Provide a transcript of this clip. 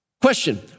Question